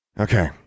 Okay